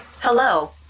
Hello